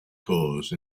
cause